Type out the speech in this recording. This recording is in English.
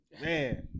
man